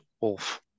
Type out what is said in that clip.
wolf